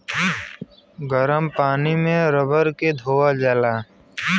गरम पानी मे रगड़ के धोअल जाला